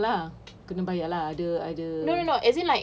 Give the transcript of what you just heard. oh bayar lah kena bayar lah ada ada